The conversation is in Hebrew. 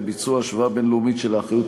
וכן השוואה בין-לאומית של האחריות